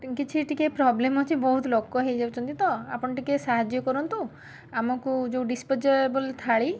କିଛି ଟିକେ ପ୍ରୋବ୍ଲେମ୍ ଅଛି ବହୁତ ଲୋକ ହେଇଯାଉଛନ୍ତି ତ ଆପଣ ଟିକେ ସାହାଯ୍ୟ କରନ୍ତୁ ଆମକୁ ଯୋଉ ଡିସ୍ପୋଜୋଏବଲ୍ ଥାଳି